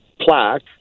plaque